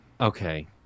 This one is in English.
Okay